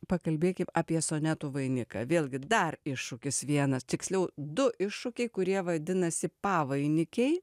pakalbėkim apie sonetų vainiką vėlgi dar iššūkis vienas tiksliau du iššūkiai kurie vadinasi pavainikiai